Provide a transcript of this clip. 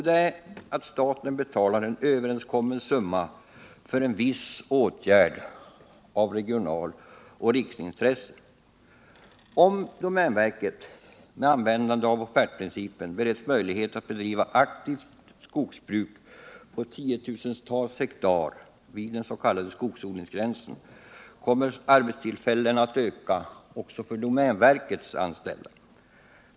Den innebär att staten betalar en överenskommen summa för en viss åtgärd av regionaloch riksintresse. Om domänverket med användande av offertprincipen bereds möjlighet att bedriva aktivt skogsbruk på tiotusentals hektar vid den s.k. skogsodlingsgränsen, kommer arbetstillfällena att öka också för domänverkets anställda.